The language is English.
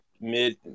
mid